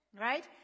right